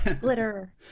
glitter